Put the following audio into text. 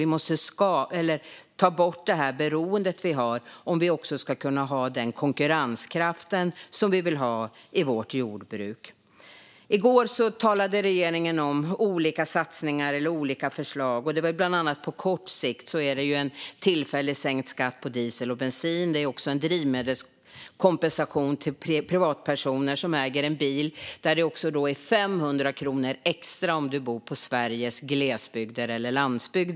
Vi måste ta bort det beroende vi har om vi ska kunna få den konkurrenskraft som vi vill ha i vårt jordbruk. I går talade regeringen om olika satsningar och förslag. På kort sikt blir det bland annat en tillfälligt sänkt skatt på diesel och bensin. Det blir också en drivmedelskompensation till privatpersoner som äger en bil, och det blir 500 kronor extra om man bor i Sveriges gles eller landsbygder.